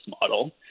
model